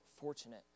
fortunate